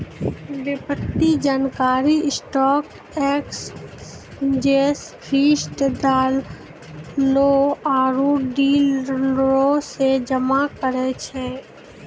वित्तीय जानकारी stock exchange feed, दलालो आरु डीलरो से जमा करै छै